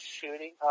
shooting